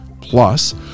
Plus